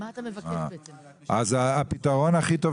אז הפתרון הכי טוב,